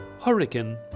hurricane